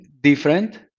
different